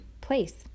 place